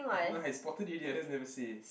no lah I spotted it already I just never say